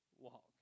walk